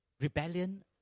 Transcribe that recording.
rebellion